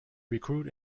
recruit